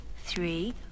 three